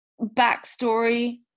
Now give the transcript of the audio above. backstory